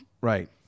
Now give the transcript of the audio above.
Right